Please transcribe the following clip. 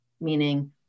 Meaning